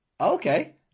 okay